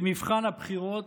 במבחן הבחירות,